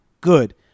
Good